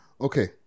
Okay